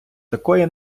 такої